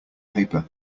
paper